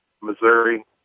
Missouri